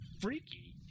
freaky